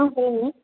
ஆ சொல்லுங்கள் மேம்